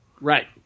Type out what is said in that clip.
Right